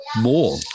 More